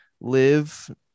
Live